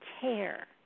care